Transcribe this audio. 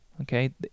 Okay